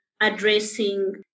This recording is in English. addressing